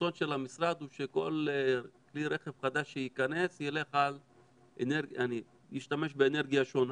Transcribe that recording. הרצון של המשרד הוא שכל כלי רכב חדש שייכנס ישתמש באנרגיה שונה,